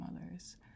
mothers